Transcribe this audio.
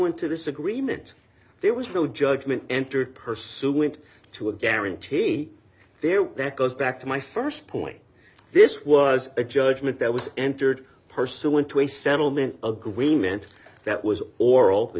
to this agreement there was no judgment entered pursuant to a guarantee there that goes back to my st point this was a judgment that was entered pursuant to a settlement agreement that was oral the